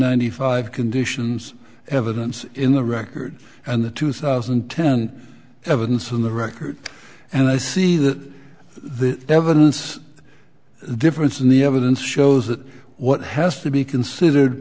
ninety five conditions evidence in the record and the two thousand and ten evidence in the record and i see that the evidence of the difference in the evidence shows that what has to be considered